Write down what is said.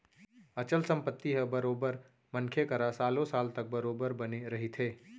अचल संपत्ति ह बरोबर मनखे करा सालो साल तक बरोबर बने रहिथे